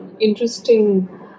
interesting